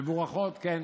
מבורכות, כן.